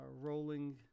rolling